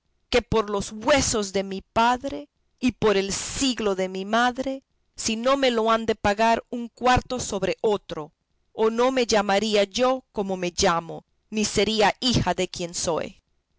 que por los huesos de mi padre y por el siglo de mi madre si no me lo han de pagar un cuarto sobre otro o no me llamaría yo como me llamo ni sería hija de quien soy